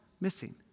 missing